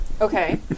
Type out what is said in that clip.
Okay